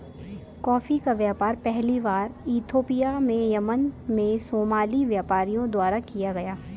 coffee का व्यापार पहली बार इथोपिया से यमन में सोमाली व्यापारियों द्वारा किया गया